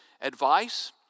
advice